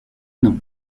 nom